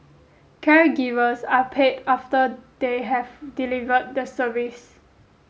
caregivers are paid after they have delivered the service